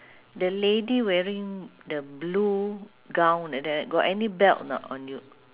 the lady wearing the blue gown like that right got any belt or not on you